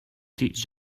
teach